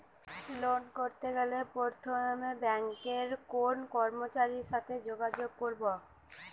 Loan করতে গেলে প্রথমে ব্যাঙ্কের কোন কর্মচারীর সাথে যোগাযোগ করব?